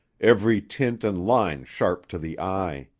every tint and line sharp to the eye.